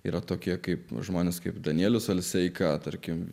yra tokie kaip žmonės kaip danielius alseika tarkim